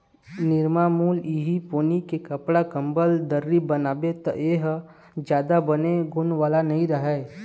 निरमामुल इहीं पोनी के कपड़ा, कंबल, दरी बनाबे त ए ह जादा बने गुन वाला नइ रहय